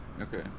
Okay